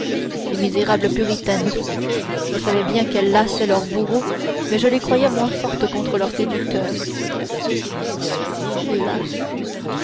ces misérables puritaines je savais bien qu'elles lassaient leurs bourreaux mais je les croyais moins fortes contre leurs séducteurs hélas